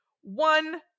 One